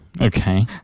Okay